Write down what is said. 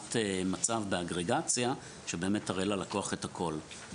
תמונת מצב באגרגציה שבאמת תראה ללקוח את הכול.